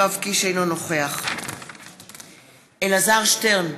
אינו נוכח אלעזר שטרן,